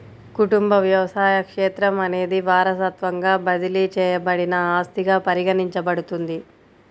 కుటుంబ వ్యవసాయ క్షేత్రం అనేది వారసత్వంగా బదిలీ చేయబడిన ఆస్తిగా పరిగణించబడుతుంది